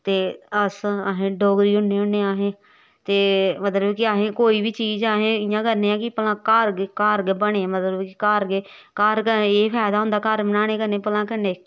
ते अस असें डोगरी होन्ने होन्ने आं असें ते मतलब कि असें कोई बी चीज़ असें इ'यां करने आं कि भला घर गै घर गै बने मतलब घर गै घर एह् फायदा होंदा घर बनाने कन्नै भला कन्नै